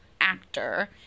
actor